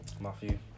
Matthew